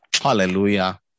Hallelujah